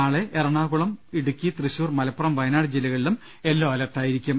നാളെ എറണാ കുളം ഇടുക്കി തൃശൂർ മലപ്പുറം വയനാട് ജില്ലകളിലും യെല്ലോ അലർട്ടായിരി ക്കും